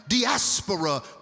diaspora